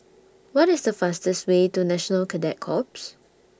What IS The fastest Way to National Cadet Corps